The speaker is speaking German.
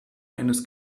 eines